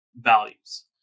values